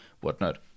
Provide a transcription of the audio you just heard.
whatnot